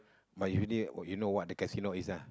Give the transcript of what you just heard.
but usually you know what the casino is ah